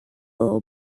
little